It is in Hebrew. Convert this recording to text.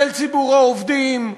של ציבור העובדים,